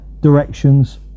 directions